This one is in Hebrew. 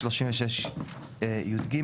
36יג,